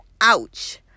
ouch